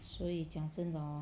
所以讲真的 hor